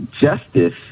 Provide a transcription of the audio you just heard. justice